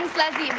leslie.